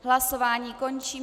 Hlasování končím.